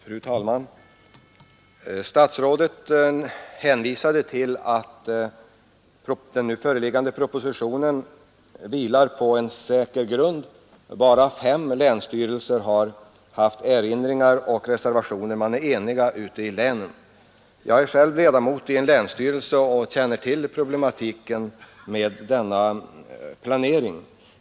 Fru talman! Statsrådet hänvisade till att den nu föreliggande propositionen vilar på en säker grund: bara fem länsstyrelser har anfört erinringar och avgivit reservationer. Man skulle alltså vara enig ute i länen. Jag är själv ledamot i en länsstyrelse och känner något till planeringsproblematiken.